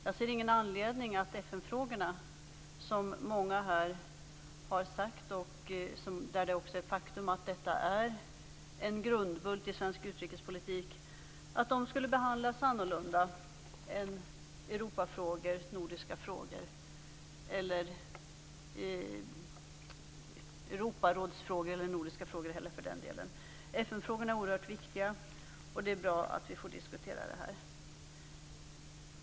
Jag ser ingen anledning att FN-frågorna, som i likhet med vad många här har sagt är en grundbult i svensk utrikespolitik, skulle behandlas annorlunda än t.ex. Europarådsfrågor eller nordiska frågor. FN-frågorna är oerhört viktiga, och det är bra att vi får diskutera dem här.